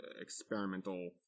experimental